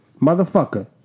motherfucker